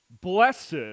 blessed